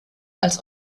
als